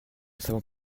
savons